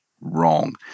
wrong